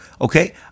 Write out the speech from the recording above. okay